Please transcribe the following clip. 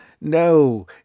no